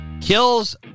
kills